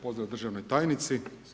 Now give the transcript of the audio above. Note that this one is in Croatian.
Pozdrav državnoj tajnici.